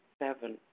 Seven